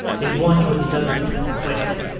they want you at the douglas place quick,